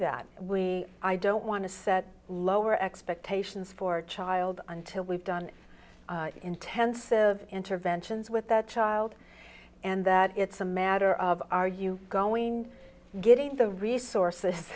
that we i don't want to set lower expectations for a child until we've done intensive interventions with that child and that it's a matter of are you going getting the resources